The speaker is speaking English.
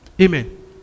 Amen